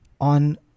on